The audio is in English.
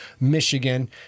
Michigan